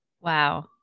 Wow